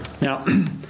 Now